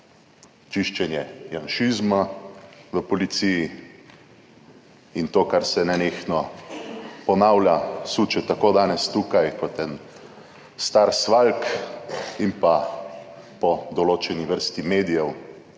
čiščenje »janšizma« v policiji. In to, kar se nenehno ponavlja, suče tako danes tukaj, kot en star »svaljk« in pa po določeni vrsti medijev.